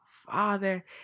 Father